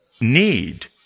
need